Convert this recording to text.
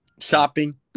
shopping